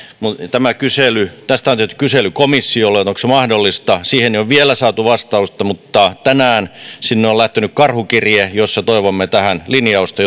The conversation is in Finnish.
tästä on tehty kysely komissiolle onko se mahdollista siihen ei ole vielä saatu vastausta mutta tänään sinne on lähtenyt karhukirje jossa toivomme tähän linjausta